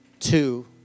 two